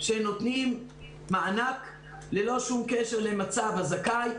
שנותנים מענק ללא שום קשר למצב הזכאי.